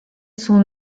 son